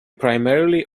primarily